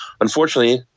Unfortunately